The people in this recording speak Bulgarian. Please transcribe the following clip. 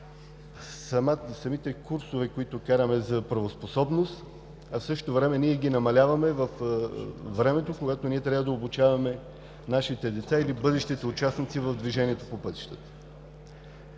самите курсове, които караме за правоспособност, а в същото време ги намаляваме във времето, когато ние трябва да обучаваме нашите деца или бъдещите участници в движението по пътищата.